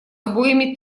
обоими